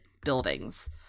buildings